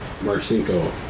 Marcinko